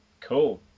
Cool